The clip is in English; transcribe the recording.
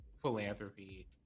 philanthropy